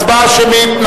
הצבעה שמית,